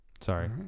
Sorry